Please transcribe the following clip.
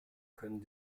können